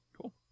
Cool